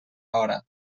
hora